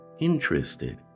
interested